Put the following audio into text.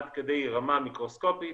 עד כדי רמה מיקרוסקופית,